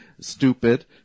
Stupid